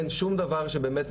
אין שום דבר שבאמת,